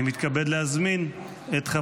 אני מתכבד להזמין את,